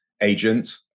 agent